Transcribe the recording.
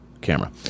camera